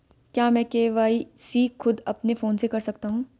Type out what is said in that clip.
क्या मैं के.वाई.सी खुद अपने फोन से कर सकता हूँ?